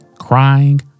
crying